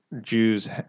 Jews